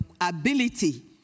ability